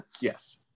Yes